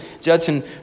Judson